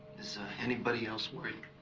is anybody else worried?